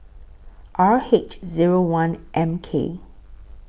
R H Zero one M K